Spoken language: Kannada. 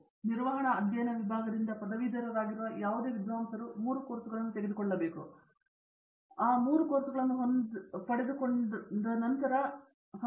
ಆದ್ದರಿಂದ ನಿರ್ವಹಣಾ ಅಧ್ಯಯನ ವಿಭಾಗದಿಂದ ಪದವೀಧರರಾಗಿರುವ ಯಾವುದೇ ವಿದ್ವಾಂಸರು ಮೂರು ಕೋರ್ಸುಗಳನ್ನು ತೆಗೆದುಕೊಳ್ಳಬೇಕು ಅದರಲ್ಲಿ ಮೂರು ಕೋರ್ಸುಗಳನ್ನು ಹೊಂದಿರುವ ಕೋರ್ಸುಗಳನ್ನು ಪಡೆದುಕೊಳ್ಳಬೇಕು